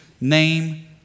name